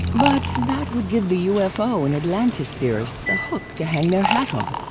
but that would give the ufo and atlantis theorists a hook to hang their hat on!